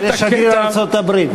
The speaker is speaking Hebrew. ושגריר ארצות-הברית.